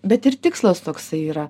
bet ir tikslas toksai yra